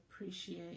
appreciate